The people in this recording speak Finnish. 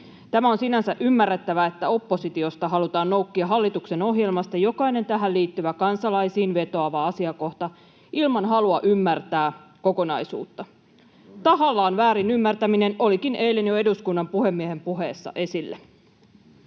On sinänsä ymmärrettävää, että oppositiosta halutaan noukkia hallituksen ohjelmasta jokainen tähän liittyvä, kansalaisiin vetoavaa asiakohta ilman halua ymmärtää kokonaisuutta. Tahallaan väärin ymmärtäminen olikin eilen jo eduskunnan puhemiehen puheessa esillä.